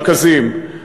רכזים,